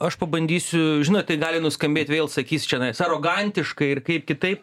aš pabandysiu žinot tai gali nuskambėt vėl sakys čianais arogantiškai ir kaip kitaip